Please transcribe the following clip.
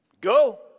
go